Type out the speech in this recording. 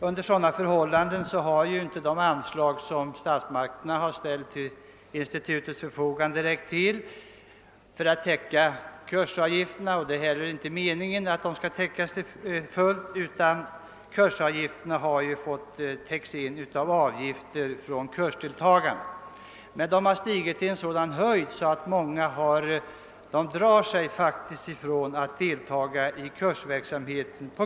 Under sådana förhållanden har inte de anslag som statsmakterna har ställt till institutets förfogande räckt till för att täcka institutets andel av kursavgifterna. Det är inte meningen att anslaget helt och hållet skall täcka kostnaderna, utan dessa skall också bestridas med avgifter från kursdeltagarna. Avgifterna har emellertid måst höjas så mycket, att många faktiskt dragit sig för att delta i kursverksamheten.